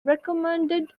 recommended